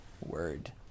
word